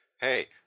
hey